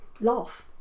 laugh